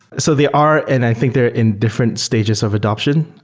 so they are, and i think they're in different stages of adaption.